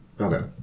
Okay